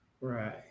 right